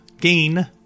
gain